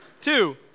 Two